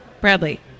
Bradley